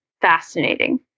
fascinating